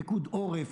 פיקוד עורף,